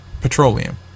petroleum